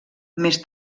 més